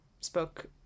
spoke